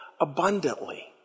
abundantly